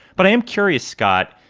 but i am curious, scott,